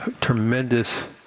tremendous